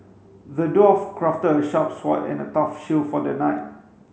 the dwarf crafted a sharp sword and a tough shield for the knight